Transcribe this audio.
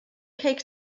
cake